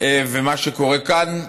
ומה שקורה כאן.